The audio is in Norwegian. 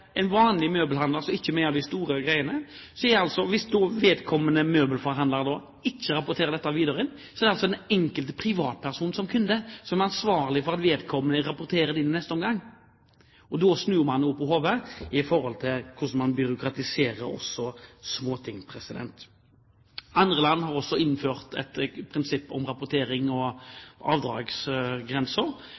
en vanlig møbelhandler, som ikke er en av de store, og som ikke rapporterer dette videre, er det den enkelte privatperson som kunde som er ansvarlig for at vedkommende rapporterer det inn i neste omgang. Da snur man noe på hodet i forhold til hvordan man byråkratiserer også småting. Andre land har også innført et prinsipp om rapportering og